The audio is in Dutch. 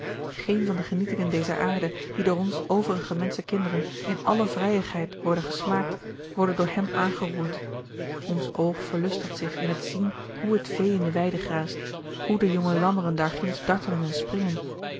geen van de genietingen dezer aarde die door ons overige menschenkinderen in alle vrijigheid worden gesmaakt worden door hem aangeroerd ons oog verlustigt zich in het zien hoe het vee in de weide graast hoe de jonge lammeren daarginds dartelen en springen